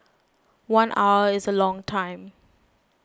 one hour is a long time